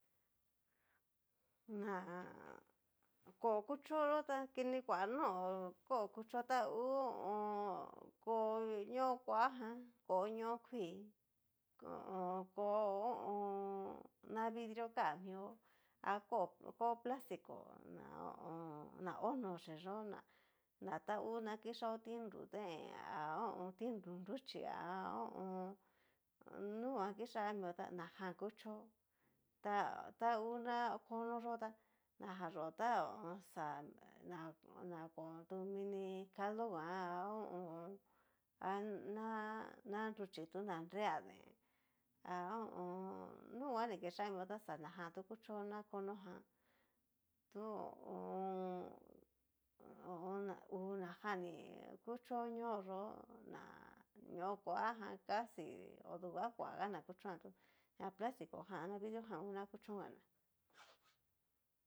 kó'o kuchoyó ta kini kua no kó'o kucho ta ngu ho o on. kó'o ñó kuajan, kó'o ñoó kuii, ho o on, kó'o ho o on. na vidrio kan mio ako kó'o plastiko, na ho o on. hó nochí yó ná tangu na kixaó tinrudee a tinru nruchí a ho o on. nuguan kixá mio ta najan kuchó ta ta ngu ná kono yó tá nayó ta na nakontu mini caldo nguan há ho o on. aná na nruchíi tu na nrea deen ha ho o on. nunguan ni kixán mió ta najan tu kuchó na kono ján do ho o on, ho o on. najan ni kuchó ñóo yó ná ñoo kua jan casi odu nidagana kuchoan na plastico jan ana vidrio jan ngu na kuchongana.